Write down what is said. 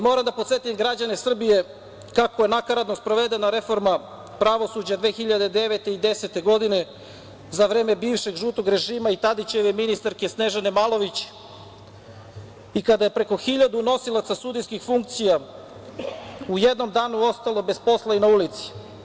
Moram da podsetim građane Srbije kako je nakaradno sprovedena reforma pravosuđa 2009. i 2010. godine za vreme bivšeg žutog režima i Tadićeve ministarke Snežane Malović i kada je preko hiljadu nosilaca sudijskih funkcija u jednom danu ostalo bez posla i na ulici.